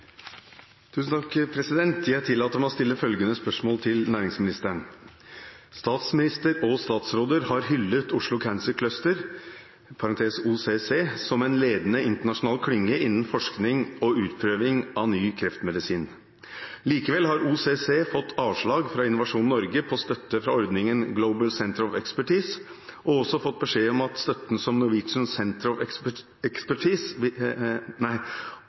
til næringsministeren: «Statsminister og statsråder har hyllet Oslo Cancer Cluster som en ledende internasjonal klynge innen forskning og utprøving av ny kreftmedisin. Likevel har OCC fått avslag fra Innovasjon Norge på støtte fra ordningen Global Center of Expertise, og har også fått beskjed om at støtten fra Norwegian Center of